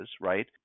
right